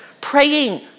praying